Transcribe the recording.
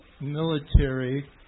military